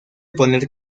poner